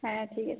হ্যাঁ